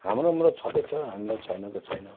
हाम्रोमा त छँदै छ हामीलाई छैन त छैन